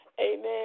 Amen